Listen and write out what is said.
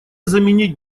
заменить